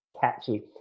catchy